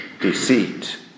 deceit